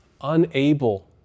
unable